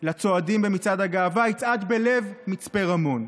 לצועדים במצעד הגאווה, יצעד בלב מצפה רמון.